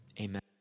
Amen